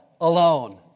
Alone